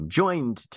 joined